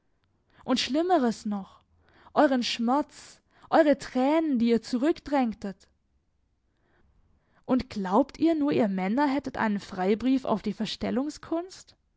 und schlimmeres noch euren schmerz eure tränen die ihr zurückdrängtet und glaubt ihr nur ihr männer hättet einen freibrief auf die